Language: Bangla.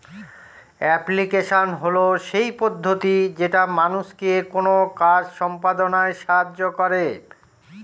এপ্লিকেশন হল সেই পদ্ধতি যেটা মানুষকে কোনো কাজ সম্পদনায় সাহায্য করে